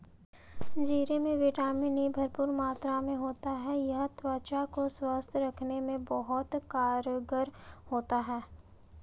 जीरे में vitamin E भरपूर मात्रा में होता है यह त्वचा को स्वस्थ रखने में बहुत कारगर होता है